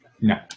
No